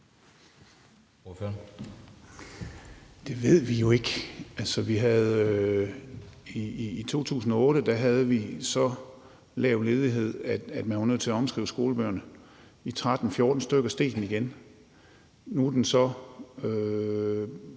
Det ved vi jo ikke. Altså, i 2008 havde vi så lav ledighed, at man var nødt til at omskrive skolebøgerne, og i 2013-2014-stykker steg den igen. Nu er den så